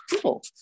cool